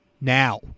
now